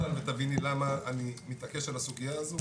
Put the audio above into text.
את רוצה שאתן לך דוגמה ותביני למה אני מתעקש על הסוגיה הזו?